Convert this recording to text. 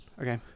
Okay